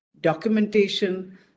documentation